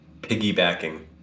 piggybacking